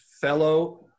fellow